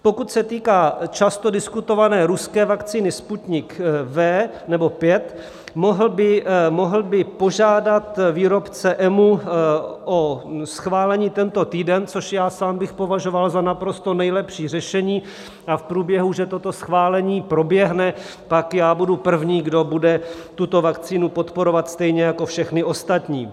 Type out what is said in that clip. Pokud se týká často diskutované ruské vakcíny Sputnik V, mohl by požádat výrobce EMA o schválení tento týden, což já sám bych považoval za naprosto nejlepší řešení, a v průběhu, že toto schválení proběhne, pak já budu první, kdo bude tuto vakcínu podporovat stejně jako všechny ostatní.